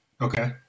Okay